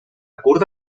curta